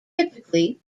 typically